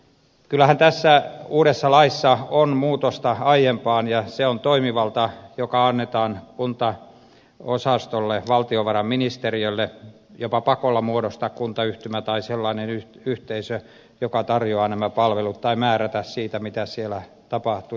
kyllähän tässä uudessa laissa on muutosta aiempaan ja se on toimivalta joka annetaan kuntaosastolle valtiovarainministeriölle jopa pakolla muodostaa kuntayhtymä tai sellainen yhteisö joka tarjoaa nämä palvelut tai määrätä siitä mitä siellä tapahtuu